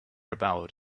about